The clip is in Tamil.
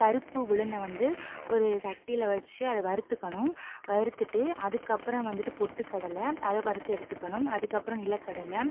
கருப்பு உளுந்த வந்து ஒரு சட்டியில் வச்சு அதை வறுத்துக்கணும் வறுத்துட்டு அதுக்கப்பபுறம் வந்துட்டு பொட்டுக்கடலை அதை வறுத்து எடுத்துக்கணும் அதுக்கப்புறம் நிலக்கடலை